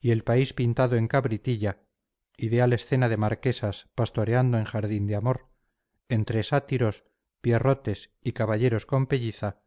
y el país pintado en cabritilla ideal escena de marquesas pastoreando en jardín de amor entre sátiros pierrotes y caballeros con pelliza